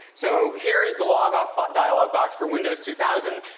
so, here is the log-off but dialogue box for windows two thousand.